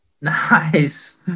nice